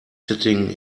sitting